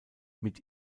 mit